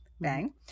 Bang